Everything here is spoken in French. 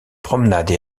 promenades